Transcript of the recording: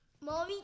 Mommy